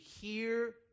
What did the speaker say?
hear